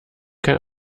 kein